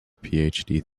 phd